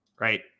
right